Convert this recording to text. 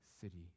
city